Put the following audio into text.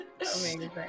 Amazing